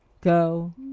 go